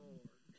Lord